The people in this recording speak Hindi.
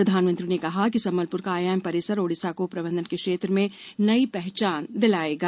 प्रधानमंत्री ने कहा कि संबलपुर का आईआईएम परिसर ओडिसा को प्रबंधन के क्षेत्र में नई पहचान दिलायेगा